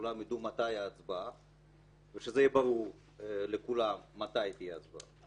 שכולם ידעו מתי ההצבעה ושזה יהיה ברור לכולם מתי תהיה הצבעה.